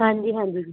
ਹਾਂਜੀ ਹਾਂਜੀ ਜੀ